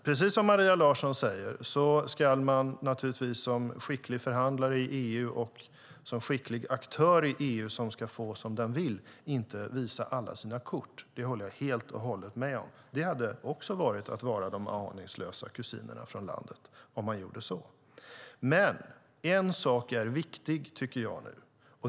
Precis som Maria Larsson säger ska man dock naturligtvis som skicklig förhandlare i EU och som skicklig aktör som ska få som den vill i EU inte visa alla sina kort - det håller jag helt och hållet med om. Det hade också varit att vara de aningslösa kusinerna från landet, om man gjorde så. Men en sak är viktig, tycker jag nu.